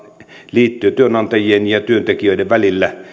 liittojen työnantajien ja työntekijöiden välillä